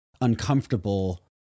uncomfortable